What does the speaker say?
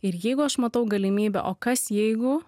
ir jeigu aš matau galimybę o kas jeigu